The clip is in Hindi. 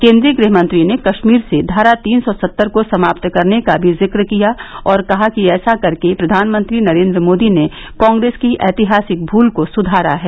केंद्रीय गृह मंत्री ने कश्मीर से धारा तीन सौ सत्तर को समाप्त करने का भी जिक किया और कहा कि ऐसा करके प्रधानमंत्री नरेंद्र मोदी ने कांग्रेस की ऐतिहासिक भूल को सुधारा है